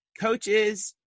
coaches